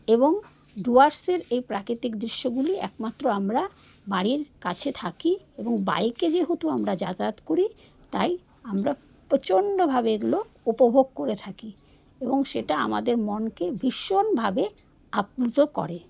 এবং ডুয়ার্সের এই প্রাকৃতিক দৃশ্যগুলি একমাত্র আমরা বাড়ির কাছে থাকি এবং বাইকে যেহেতু আমরা যাতায়াত করি তাই আমরা প্রচণ্ডভাবে এগুলো উপভোগ করে থাকি এবং সেটা আমাদের মনকে ভীষণভাবে আপ্লুত করে